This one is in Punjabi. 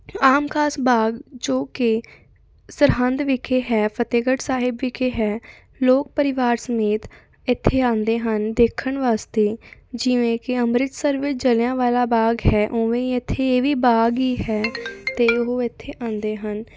ਆਮ ਖਾਸ ਬਾਗ ਜੋ ਕਿ ਸਰਹਿੰਦ ਵਿਖੇ ਹੈ ਫਤਿਹਗੜ੍ਹ ਸਾਹਿਬ ਵਿਖੇ ਹੈ ਲੋਕ ਪਰਿਵਾਰ ਸਮੇਤ ਇੱਥੇ ਆਉਂਦੇ ਹਨ ਦੇਖਣ ਵਾਸਤੇ ਜਿਵੇਂ ਕਿ ਅੰਮ੍ਰਿਤਸਰ ਵਿੱਚ ਜਲਿਆਂਵਾਲਾ ਬਾਗ ਹੈ ਉਵੇਂ ਹੀ ਇੱਥੇ ਇਹ ਵੀ ਬਾਗ ਹੀ ਹੈ ਅਤੇ ਉਹ ਇੱਥੇ ਆਉਂਦੇ ਹਨ